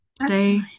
today